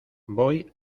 voy